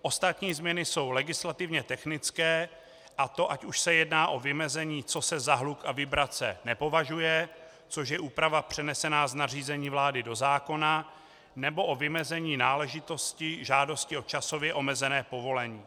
Ostatní změny jsou legislativně technické, a to ať už se jedná o vymezení, co se za hluk a vibrace nepovažuje, což je úprava přenesená z nařízení vlády do zákona, nebo o vymezení náležitosti žádosti o časově omezené povolení.